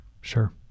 Sure